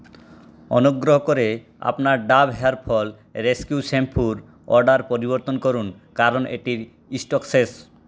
অনুগ্রহ করে আপনার ডাভ হেয়ার ফল রেস্কিউ শ্যাম্পুর অর্ডার পরিবর্তন করুন কারণ এটির স্টক শেষ